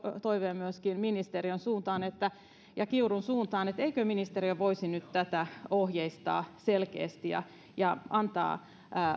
toiveen myöskin ministeriön suuntaan ja kiurun suuntaan että eikö ministeriö voisi nyt tätä ohjeistaa selkeästi ja ja antaa